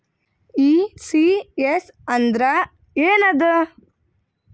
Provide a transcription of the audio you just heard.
ECS ಅಂದ್ರ ಏನದ?